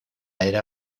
era